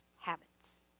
habits